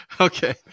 Okay